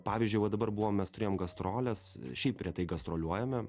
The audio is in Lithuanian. pavyzdžiui va dabar buvom mes turėjom gastroles šiaip retai gastroliuojame